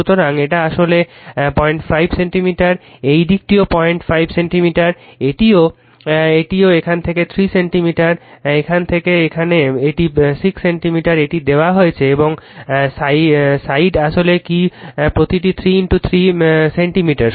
সুতরাং এটি আসলে 05 সেন্টিমিটার এই দিকটিও 05 সেন্টিমিটার এটিও এটি এখানে থেকে এখানে 3 সেন্টিমিটার এখানে থেকে এখানে এটি 6 সেন্টিমিটার এটি দেওয়া হয়েছে এবং সাইড আসলে কি কল সাইড প্রতিটি 3 3 সেন্টিমিটার